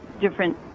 different